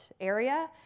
area